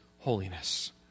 holiness